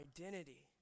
identity